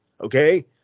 Okay